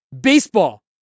Baseball